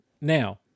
now